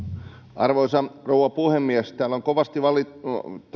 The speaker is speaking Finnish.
arvoisa rouva puhemies täällä on kovasti